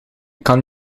kan